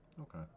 Okay